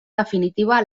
definitiva